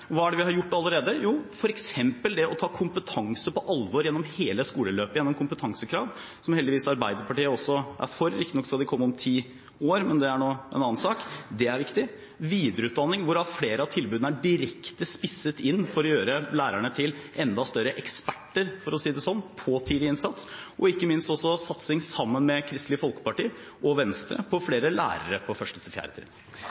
Hva er det vi har gjort allerede? For eksempel det å ta kompetanse på alvor gjennom hele skoleløpet gjennom kompetansekrav, som heldigvis Arbeiderpartiet også er for – riktignok skal de komme om ti år, men det er nå en annen sak. Det er viktig. Det er også videreutdanning, hvor flere av tilbudene er direkte spisset inn for å gjøre lærerne til enda større eksperter – for å si det sånn – på tidlig innsats, og ikke minst også satsing sammen med Kristelig Folkeparti og Venstre på flere lærere på 1.– 4. trinn.